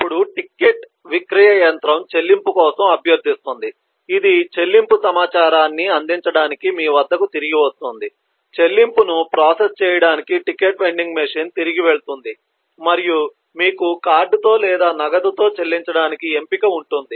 అప్పుడు టికెట్ విక్రయ యంత్రం చెల్లింపు కోసం అభ్యర్థిస్తుంది ఇది చెల్లింపు సమాచారాన్ని అందించడానికి మీ వద్దకు తిరిగి వస్తుంది చెల్లింపును ప్రాసెస్ చేయడానికి టికెట్ వెండింగ్ మెషీన్కు తిరిగి వెళుతుంది మరియు మీకు కార్డుతో లేదా నగదుతో చెల్లించడానికి ఎంపిక ఉంటుంది